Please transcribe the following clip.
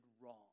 wrong